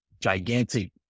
gigantic